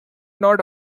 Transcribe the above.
not